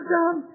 John